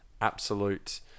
absolute